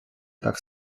так